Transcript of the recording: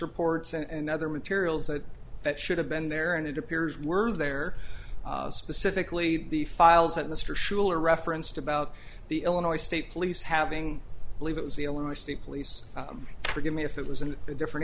reports and other materials that that should have been there and it appears were there specifically the files that mr schuler referenced about the illinois state police having to leave it was the illinois state police forgive me if it was in a different